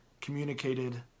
communicated